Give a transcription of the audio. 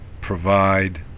provide